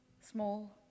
Small